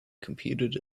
computed